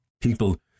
people